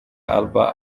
alba